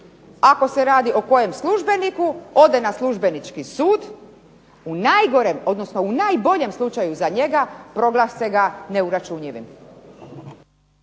ako se radi o kojem službeniku, ode na službenički sud, u najgorem, odnosno u najbolje slučaju za njega proglase ga neuračunljivim.